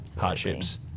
hardships